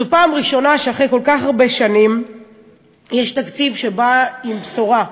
זו פעם ראשונה אחרי כל כך הרבה שנים שיש תקציב עם בשורה,